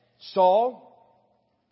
Saul